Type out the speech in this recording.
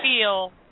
feel